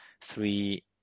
three